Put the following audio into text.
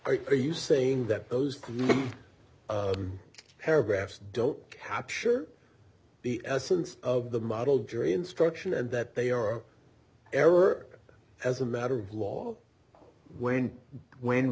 r are you saying that those paragraphs don't capture the essence of the model jury instruction and that they are error as a matter of law when when